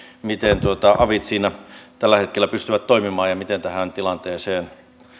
miten avit siinä tällä hetkellä pystyvät toimimaan ja miten tähän tilanteeseen